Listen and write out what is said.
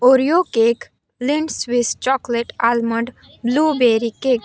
Oreo cake Lindt Swiss chocolate almond blueberry cake